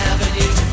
Avenue